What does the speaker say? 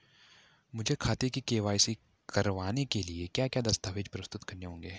मुझे खाते की के.वाई.सी करवाने के लिए क्या क्या दस्तावेज़ प्रस्तुत करने होंगे?